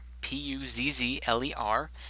p-u-z-z-l-e-r